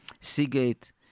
Seagate